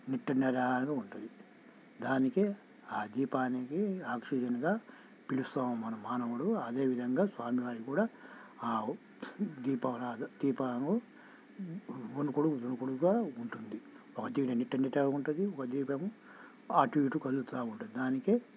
నిట్టనిరాగ ఉంటుంది దానికే ఆ దీపానికి ఆక్సిజన్గా పిలుస్తాం మన మానవుడు అదేవిధంగా స్వామివారిక్కూడ ఆ దీపం లాగా దీపాలు వణుకుడు దొనుకుడుగా ఉంటుంది ఒకటి నిట్టనిటారుగా ఉంటుంది ఒక దీపము అటూ ఇటూ కదులుతా ఉంటుంది దానికే